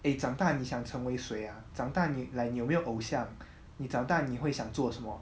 eh 长大你想成为谁 ah 长大你 like 你有没有偶像你长大你会想做什么